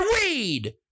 weed